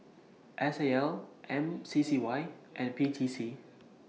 S A L M C C Y and P T C